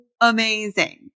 amazing